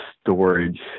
storage